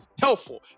helpful